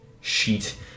sheet